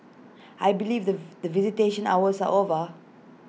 I believe the the visitation hours are over